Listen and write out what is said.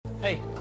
Hey